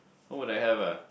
what would I have ah